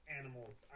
animals